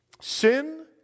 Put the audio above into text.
Sin